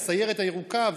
הסיירת הירוקה,